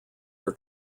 are